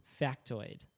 factoid